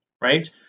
right